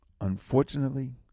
Unfortunately